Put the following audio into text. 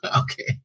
Okay